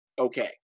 okay